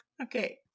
okay